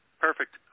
Perfect